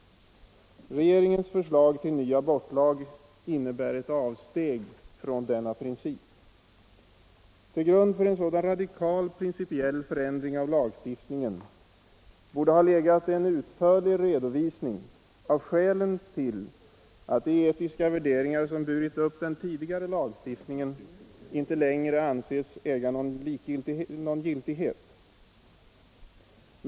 Regeringens förslag till ny abortlag innebär ett avsteg från denna princip. Till grund för en sådan radikal principiell förändring av lagstiftningen borde ha legat en utförlig redovisning av skälen till att de etiska värderingar som burit upp den tidigare lagstiftningen inte längre anses äga någon giltighet.